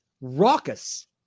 raucous